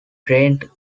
drained